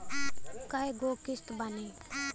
कय गो किस्त बानी?